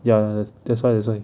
ya that's why that's why